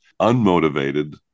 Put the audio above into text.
unmotivated